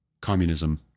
communism